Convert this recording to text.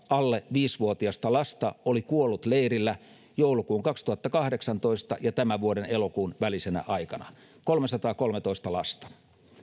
alle viisi vuotiasta lasta oli kuollut leirillä joulukuun kaksituhattakahdeksantoista ja tämän vuoden elokuun välisenä aikana kolmesataakolmetoista lasta